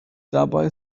dabei